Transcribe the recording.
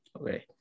okay